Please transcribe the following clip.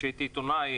כשהייתי עיתונאי,